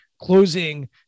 closing